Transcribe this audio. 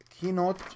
keynote